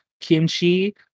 kimchi